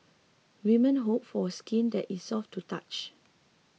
women hope for skin that is soft to touch